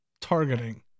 targeting